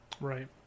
Right